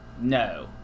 No